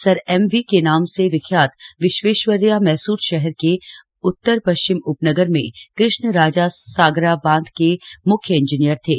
sir M V के नाम से विख्यात विश्वेश्वरथ्या मैसुरु शहर के उत्तर पश्चिम उपनगर में कृष्ण राजा सागरा बांध के म्ख्य इंजीनियर थे